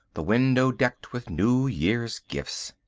the window decked with new year's gifts.